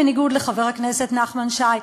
בניגוד לחבר הכנסת נחמן שי,